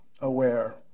aware